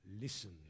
Listen